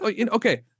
Okay